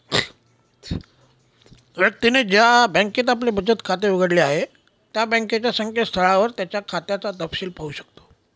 व्यक्तीने ज्या बँकेत आपले बचत खाते उघडले आहे त्या बँकेच्या संकेतस्थळावर त्याच्या खात्याचा तपशिल पाहू शकतो